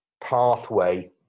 pathway